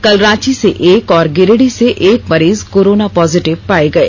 कल रांची से एक और गिरिडीह से एक मरीजें कोरोना पॉजिटिव पाये गए